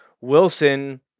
Wilson